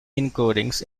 encodings